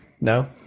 No